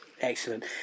Excellent